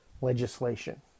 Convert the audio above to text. legislation